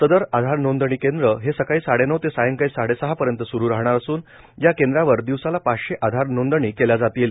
सदर आधार नोंदणी केंद्र हे सकाळी नाडेवऊ ते सायंकाळी साडेसहा पर्यंत स्रुरू राहणार असून या केंद्रावर दिवसाला पावशे आधार बोंदणी केल्या जातील